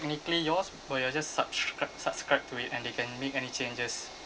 technically yours but you're just subscribed subscribed to it and they can make any changes